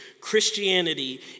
Christianity